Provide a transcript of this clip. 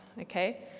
Okay